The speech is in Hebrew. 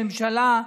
הממשלה,